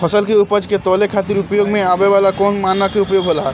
फसल के उपज के तौले खातिर उपयोग में आवे वाला कौन मानक के उपयोग होला?